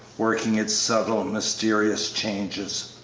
working its subtle, mysterious changes.